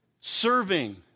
serving